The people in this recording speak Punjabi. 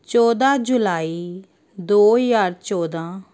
ਚੌਦਾਂ ਜੁਲਾਈ ਦੋ ਹਜ਼ਾਰ ਚੌਦਾਂ